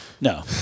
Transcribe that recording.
No